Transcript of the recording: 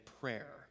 prayer